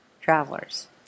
travelers